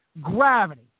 Gravity